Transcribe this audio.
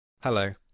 Hello